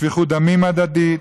שפיכות דמים הדדית.